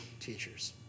teachers